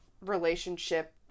relationship